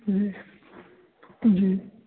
ਜੀ ਜੀ